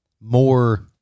more